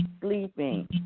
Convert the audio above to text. sleeping